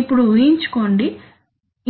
ఇప్పుడు ఊహించుకోండి